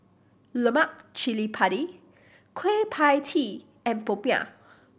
lemak cili padi Kueh Pie Tee and popiah